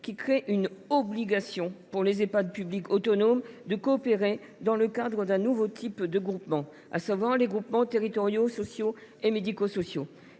qui crée une obligation pour les Ehpad publics autonomes de coopérer dans le cadre d’un nouveau type de groupement, à savoir les groupements territoriaux sociaux et médico sociaux